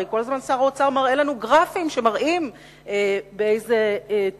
הרי שר האוצר מראה לנו כל הזמן גרפים שמראים בכמה תבונה,